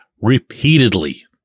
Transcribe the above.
repeatedly